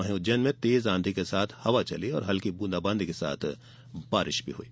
वहीं उज्जैन में तेज आंधी के साथ हवा चली और हल्की हल्की बूंदाबांदी के साथ बारिश भी हुई